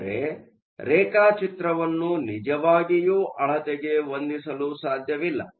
ಅಂದರೆ ರೇಖಾಚಿತ್ರವನ್ನು ನಿಜವಾಗಿಯೂ ಅಳತೆಗೆ ಹೊಂದಿಸಲು ಸಾಧ್ಯವಿಲ್ಲ